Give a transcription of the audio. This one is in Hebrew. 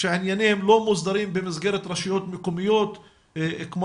שענייניהן לא מוסדרים במסגרת רשויות מקומיות כמו